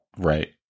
Right